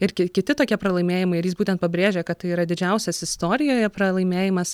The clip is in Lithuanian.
ir ki kiti tokie pralaimėjimai ir jis būtent pabrėžė kad tai yra didžiausias istorijoje pralaimėjimas